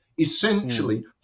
essentially